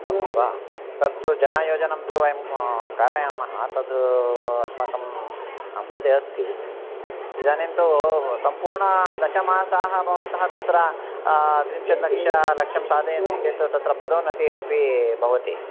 अस्तु वा तत्तु जन योजनन्तु वयं कारयामः तत् अस्माकं बोधे अस्ति इदानीं तु सम्पूर्णदशमासाः भवन्तः तत्र त्रिंशत् लक्ष लक्षं साधयन्ति चेत् तत्र पदोन्नतिः अपि भवति